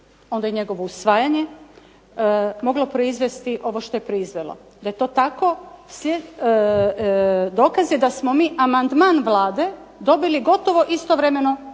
onda njegovo usvajanje moglo proizvesti ovo što je proizvelo. Da je to tako dokaz je da smo mi amandman Vlade dobili gotovo istovremeno